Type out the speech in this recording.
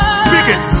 speaking